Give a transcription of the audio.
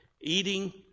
eating